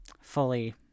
fully